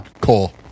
Cole